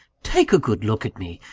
take a good look at me!